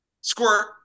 squirt